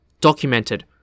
documented